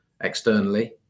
externally